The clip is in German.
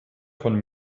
von